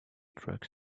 truck